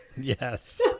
Yes